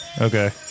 Okay